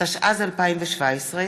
התשע"ז 2017,